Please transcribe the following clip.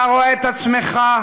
אתה רואה את עצמך,